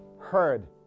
heard